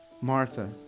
Martha